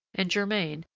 and germain,